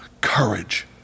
Courage